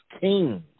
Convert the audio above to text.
kings